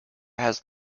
has